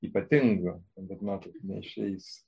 ypatingo bet matot neišeis